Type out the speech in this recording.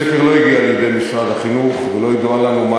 הסקר לא הגיע לידי משרד החינוך ולא ידוע לנו מה